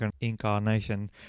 incarnation